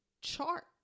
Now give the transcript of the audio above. chart